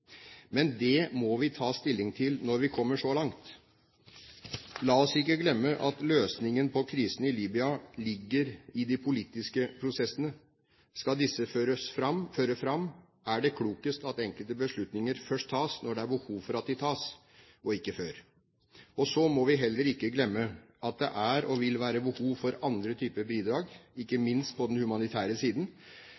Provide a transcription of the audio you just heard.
Men det må vi ta stilling til når vi kommer så langt. La oss ikke glemme at løsningen på krisen i Libya ligger i de politiske prosessene. Skal disse føre fram, er det klokest at enkelte beslutninger først tas når det er behov for at de tas, og ikke før. Så må vi heller ikke glemme at det er og vil være behov for andre typer bidrag – ikke